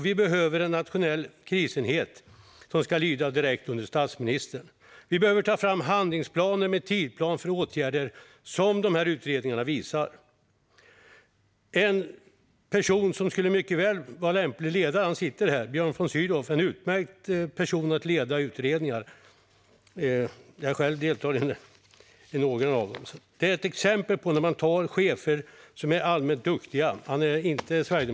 Vi behöver en nationell krisenhet, som ska lyda direkt under statsministern. Vi behöver ta fram handlingsplaner med tidsplaner för de åtgärder som de här utredningarna visar. En person som absolut skulle vara en lämplig ledare sitter här i kammaren, nämligen Björn von Sydow. Det är en person som är utmärkt på att leda utredningar. Jag deltar själv i några av dem. Såvitt jag vet är han inte sverigedemokrat än så länge. Kanske blir han inte det heller.